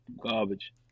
garbage